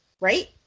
right